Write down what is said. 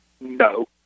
No